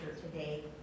today